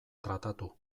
tratatu